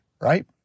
right